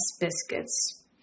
biscuits